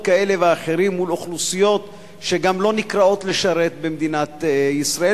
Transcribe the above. כאלה ואחרות מול אוכלוסיות שגם לא נקראות לשרת במדינת ישראל,